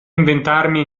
inventarmi